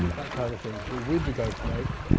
that kind of thing. but, with the ghost notes,